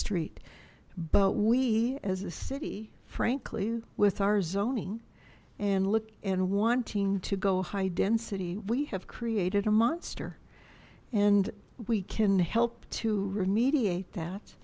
street but we as a city frankly with our zoning and look and wanting to go high density we have created a monster and we can help to remediate that